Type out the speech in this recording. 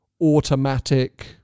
automatic